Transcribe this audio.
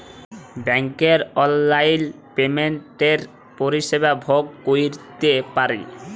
ব্যাংকের অললাইল পেমেল্টের পরিষেবা ভগ ক্যইরতে পারি